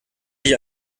sich